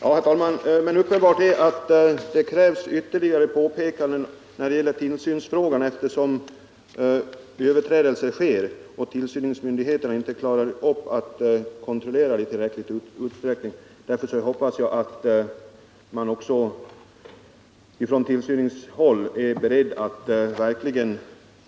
Herr talman! Uppenbart är att det krävs ytterligare påpekanden när det gäller tillsynsfrågan, eftersom överträdelser sker och tillsynsmyndigheten inte klarar av att kontrollera i tillräcklig utsträckning. Därför hoppas jag att man också i från tillsynshåll är beredd att verkligen